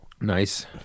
Nice